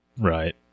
Right